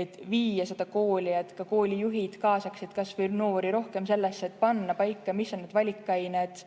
et viia seda kooli, et koolijuhid kaasaksid noori rohkem sellesse, ja panna paika, mis on need valikained,